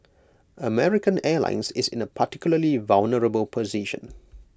American airlines is in A particularly vulnerable position